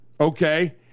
okay